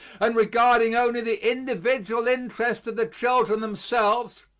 and regarding only the individual interest of the children themselves,